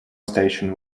station